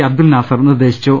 അബ്ദുൽ നാസർ നിർദേശിച്ചു